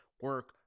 Work